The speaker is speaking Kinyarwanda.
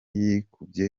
yikubye